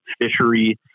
fishery